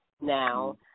now